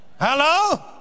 Hello